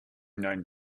known